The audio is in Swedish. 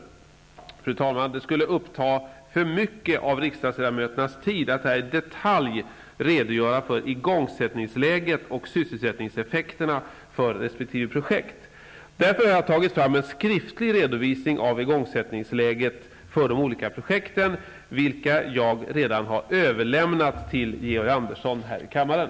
Fru talman! Det skulle uppta för mycket av riksdagsledamöternas tid att här i detalj redogöra för igångsättningsläget och sysselsättningseffekterna för resp. projekt. Därför har jag tagit fram en skriftlig redovisning av igångsättningsläget för de olika projekten, vilken jag redan har överlämnat till Georg Andersson.